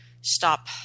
stop